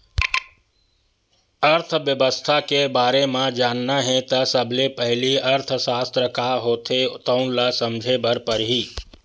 अर्थबेवस्था के बारे म जानना हे त सबले पहिली अर्थसास्त्र का होथे तउन ल समझे बर परही